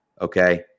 Okay